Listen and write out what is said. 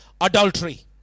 adultery